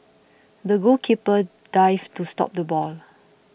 the goalkeeper dived to stop the ball